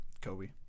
Kobe